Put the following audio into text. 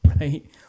right